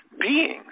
beings